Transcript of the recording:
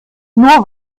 nur